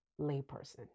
layperson